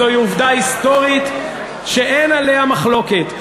זוהי עובדה היסטורית שאין עליה מחלוקת.